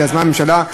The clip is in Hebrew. שיזמה הממשלה.